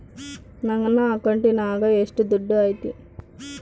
ನನ್ನ ಅಕೌಂಟಿನಾಗ ಎಷ್ಟು ದುಡ್ಡು ಐತಿ?